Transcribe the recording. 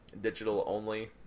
digital-only